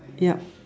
yup